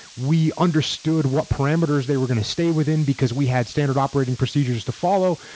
we understood what parameters they were going to stay within because we had standard operating procedures to follow.